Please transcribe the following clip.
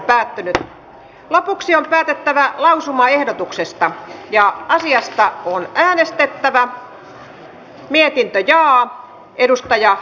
sopimuksen ja pöytäkirjan ainoa ja lakiehdotuksen toinen käsittely päättyi